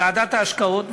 ועדת ההשקעות,